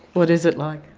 what is it like?